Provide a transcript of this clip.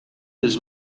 els